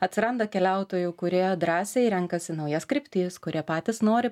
atsiranda keliautojų kurie drąsiai renkasi naujas kryptis kurie patys nori